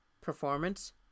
performance